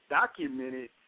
documented